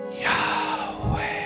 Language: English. Yahweh